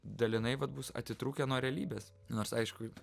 dalinai vat bus atitrūkę nuo realybės nors aišku